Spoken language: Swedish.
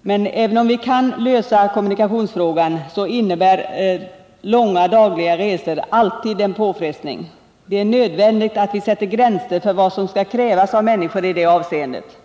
Men även om vi kan lösa kommunikationsfrågan, innebär långa dagliga resor alltid en påfrestning. Det är nödvändigt att vi sätter gränser för vad som skall krävas av människor i det avseendet.